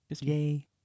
Yay